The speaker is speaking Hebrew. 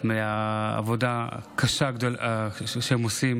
מהעבודה הקשה שהם עושים